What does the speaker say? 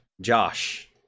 Josh